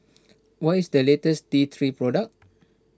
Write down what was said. what is the latest T three product